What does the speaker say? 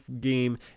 game